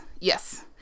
Yes